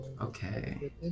Okay